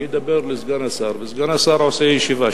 אני מדבר אל סגן השר וסגן השר עושה ישיבה שם.